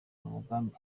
umugambi